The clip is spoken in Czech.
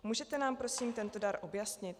Můžete nám prosím tento dar objasnit?